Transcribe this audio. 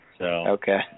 Okay